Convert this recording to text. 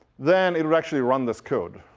then it would actually run this code.